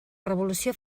revolució